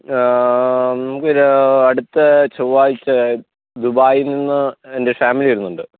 നമുക്കൊരു അടുത്ത ചൊവ്വാഴ്ച്ച ദുബായി നിന്ന് എന്റെ ഫാമിലി വരുന്നുണ്ട്